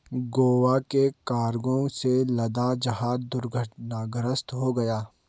गोवा में कार्गो से लदा जहाज दुर्घटनाग्रस्त हो गया